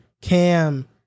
Cam